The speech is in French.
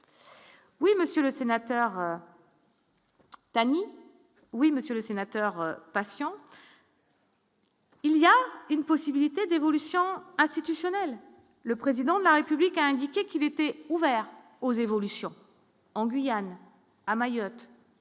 Oui, Monsieur le Sénateur. Dany oui, Monsieur le Sénateur, passion. Il y a une possibilité d'évolution institutionnelle, le président de la République a indiqué qu'il était ouvert aux évolutions en Guyane, à Mayotte,